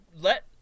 let